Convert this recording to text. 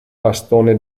bastone